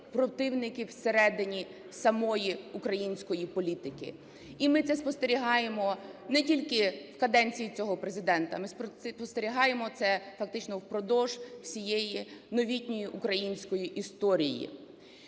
противників всередині самої української політики. І ми це спостерігаємо не тільки в каденції цього Президента, ми спостерігаємо це фактично впродовж всієї новітньої української історії.